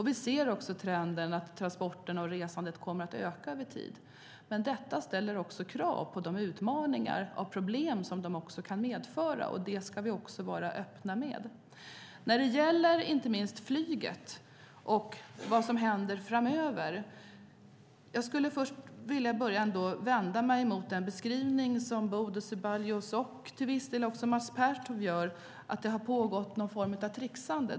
Vi ser också trenden att transporterna och resandet kommer att öka över tid. Men detta ställer också krav när det gäller de utmaningar och problem som det kan medföra. Det ska vi också vara öppna med. När det gäller inte minst flyget och vad som händer framöver skulle jag först vilja vända mig mot den beskrivning som Bodil Ceballos och till viss del Mats Pertoft gör, att det har pågått någon form av tricksande.